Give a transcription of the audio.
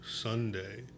Sunday